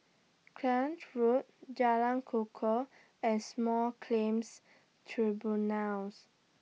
Clacton Road Jalan Kukoh and Small Claims Tribunals